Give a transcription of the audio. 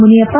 Muniyappa